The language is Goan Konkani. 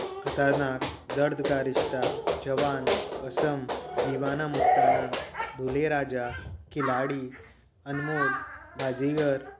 खतरनाक दर्द का रिश्ता जवान कसम दिवाना मस्ताना दुल्हे राजा खिलाडी अनमोल बाजीगर